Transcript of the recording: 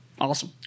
Awesome